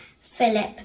Philip